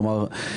כלומר,